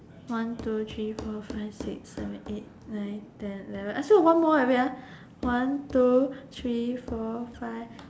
one two three four five six seven eight nine ten eleven still got one more eh wait ah one two three four five